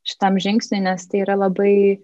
šitam žingsniui nes tai yra labai